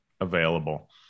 available